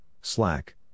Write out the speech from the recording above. Slack